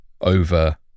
over